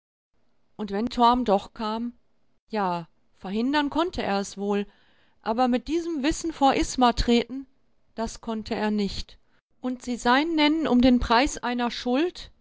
und wenn torm doch kam ja verhindern konnte er es wohl aber mit diesem wissen vor isma treten das konnte er nicht und sie sein nennen um den preis einer schuld